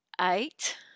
eight